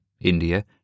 India